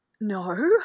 No